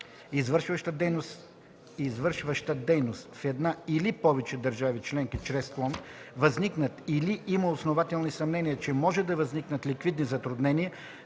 извършваща дейност в една или повече държави членки чрез клон, възникнат или има основателни съмнения, че може да възникнат ликвидни затруднения,